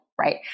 Right